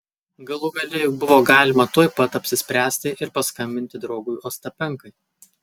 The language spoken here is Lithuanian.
galų gale juk buvo galima tuoj pat apsispręsti ir paskambinti draugui ostapenkai